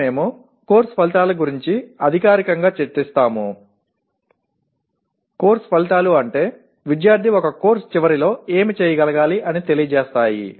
ఇప్పుడు మేము కోర్సు ఫలితాల గురించి అధికారికంగా చర్చిస్తాము కోర్సు ఫలితాలు అంటే విద్యార్థి ఒక కోర్సు చివరిలో ఏమి చేయగలగాలి అని తెలియజేస్తాయి